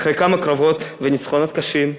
אחרי כמה קרבות וניצחונות קשים,